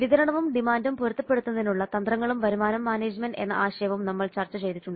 വിതരണവും ഡിമാൻഡും പൊരുത്തപ്പെടുത്തുന്നതിനുള്ള തന്ത്രങ്ങളും വരുമാനം മാനേജ്മെന്റ് എന്ന ആശയവും നമ്മൾ ചർച്ച ചെയ്തിട്ടുണ്ട്